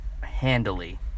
handily